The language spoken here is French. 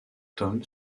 tome